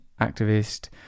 activist